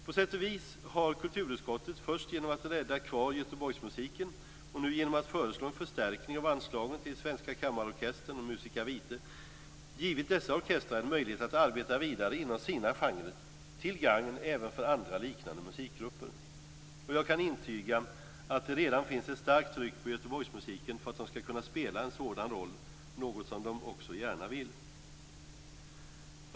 På sätt och vis har kulturutskottet först genom att rädda kvar Göteborgsmusiken och nu genom att föreslå en förstärkning av anslagen till Svenska Kammarorkestern och Musica Vitae givit dessa orkestrar en möjlighet att arbeta vidare inom sina genrer till gagn även för andra liknande musikgrupper. Jag kan intyga att det redan finns ett starkt tryck på Göteborgsmusiken för att de skall kunna spela en sådan roll - något som de också gärna vill.